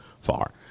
far